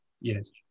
yes